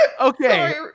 Okay